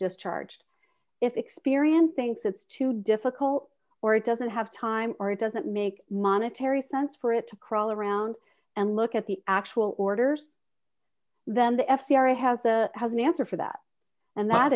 discharged if experian thinks it's too difficult or it doesn't have time or it doesn't make monetary sense for it to crawl around and look at the actual orders then the f b i has a has an answer for that and that